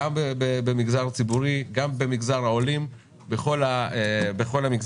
גם במגזר הציבורי, גם במגזר העולים, בכל המגזרים.